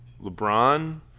LeBron